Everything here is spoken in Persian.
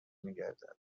میگردد